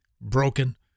broken